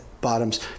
bottoms